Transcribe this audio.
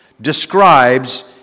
describes